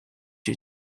you